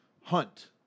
hunt